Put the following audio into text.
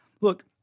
Look